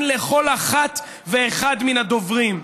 לכל אחת ואחד מן הדוברים בפראזות,